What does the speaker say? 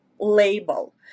label